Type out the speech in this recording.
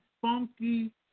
funky